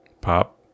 Pop